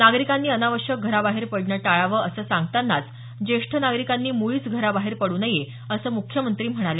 नागरिकांनी अनावश्यक घराबाहेर पडणं टाळावं असं सांगतानाच ज्येष्ठ नागरिकांनी मुळीच घराबाहेर पडू नये असं मुख्यमंत्री म्हणाले